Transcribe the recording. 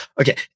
Okay